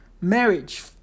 Marriage